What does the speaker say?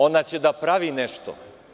Ona će da pravi nešto.